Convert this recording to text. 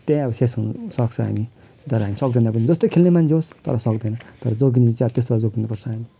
त्यहीँ अब शेष हुनसक्छ हामी तर हामी सक्दैन पनि जस्तै खेल्ने मान्छे होस् तर सक्दैन तर जोग्गिनु चाहिँ त्यस्तोबाट जोग्गिनुपर्छ हामी